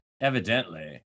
evidently